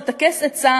לטכס עצה,